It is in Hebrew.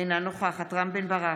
אינה נוכחת רם בן ברק,